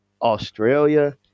Australia